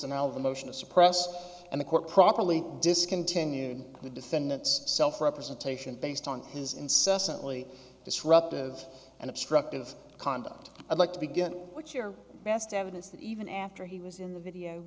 the motion to suppress and the court properly discontinued the defendant's self representation based on his incessantly disruptive and obstructive conduct i'd like to begin with your best evidence that even after he was in the video